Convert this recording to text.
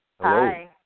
Hello